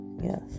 Yes